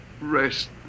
rest